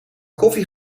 koffie